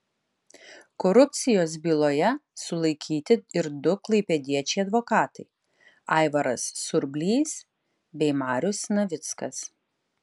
korupcijos byloje sulaikyti ir du klaipėdiečiai advokatai aivaras surblys bei marius navickas